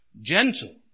gentle